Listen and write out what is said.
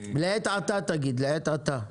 תגיד לעת עתה.